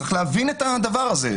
צריך להבין את הדבר הזה.